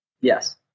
Yes